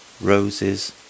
roses